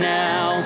now